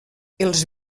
els